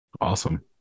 Awesome